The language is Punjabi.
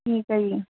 ਠੀਕ ਹੈ ਜੀ